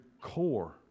core